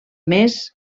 més